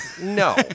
No